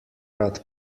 rad